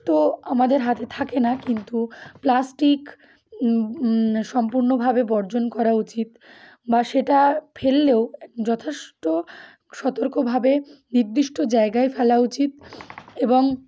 তো আমাদের হাতে থাকে না কিন্তু প্লাস্টিক সম্পূর্ণভাবে বর্জন করা উচিত বা সেটা ফেললেও যথেষ্ট সতর্কভাবে নির্দিষ্ট জায়গায় ফেলা উচিত এবং